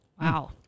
Wow